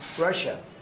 Russia